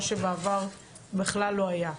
מה שבעבר בכלל לא היה,